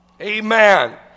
Amen